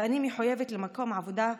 ואני מחויבת למקום העבודה,